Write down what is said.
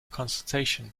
consultation